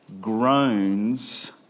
groans